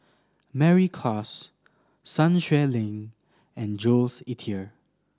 Mary Klass Sun Xueling and Jules Itier